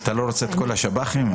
אתה לא רוצה להכניס את השב"חים?